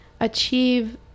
achieve